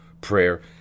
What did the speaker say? Prayer